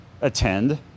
attend